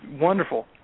wonderful